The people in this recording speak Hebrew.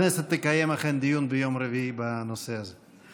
הכנסת אכן תקיים דיון ביום רביעי בנושא הזה.